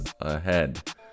ahead